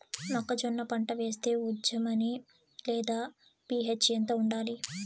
మొక్కజొన్న పంట వేస్తే ఉజ్జయని లేదా పి.హెచ్ ఎంత ఉండాలి?